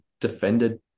defended